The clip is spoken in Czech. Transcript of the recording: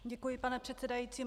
Děkuji, pane předsedající.